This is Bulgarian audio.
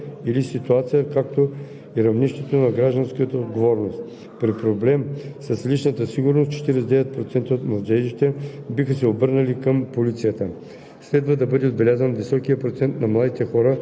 Отговорите на младите хора към нарушаването на правилата в голяма степен очертават картината в два основни аспекта: какво биха направили при нередно поведение или ситуация, както и равнището на гражданска отговорност.